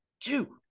two